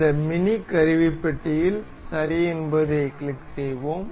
இந்த மினி கருவிப்பட்டியில் சரி என்பதைக் கிளிக் செய்வோம்